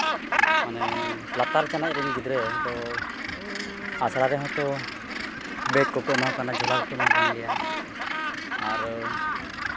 ᱢᱟᱱᱮ ᱞᱟᱛᱟᱨ ᱪᱟᱱᱟᱪ ᱨᱮᱱ ᱜᱤᱫᱽᱨᱟᱹ ᱫᱚ ᱟᱥᱲᱟ ᱨᱮᱦᱚᱸ ᱛᱚ ᱵᱮᱜᱽ ᱠᱚᱠᱚ ᱮᱢᱟᱠᱚ ᱠᱟᱱᱟ ᱡᱷᱚᱞᱟ ᱠᱚᱠᱚ ᱮᱢᱟ ᱠᱚ ᱠᱟᱱ ᱜᱮᱭᱟ ᱟᱨ